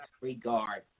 regard